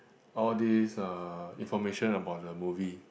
all these uh information about the movie